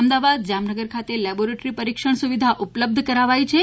અમદાવાદ જામનગર ખાતે લેબોરેટરી પરીક્ષણ સુવિધા ઉપલબ્ધ કરાઇ છે